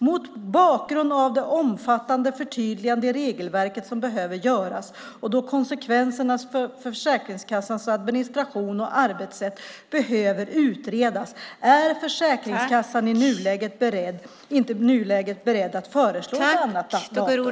Mot bakgrund av att omfattande förtydliganden i regelverket behöver göras och då konsekvenserna för Försäkringskassans administration och arbetssätt behöver utredas är Försäkringskassan inte i nuläget beredd att föreslå ett annat datum för ikraftträdandet."